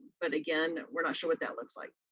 but again, we're not sure what that looks like.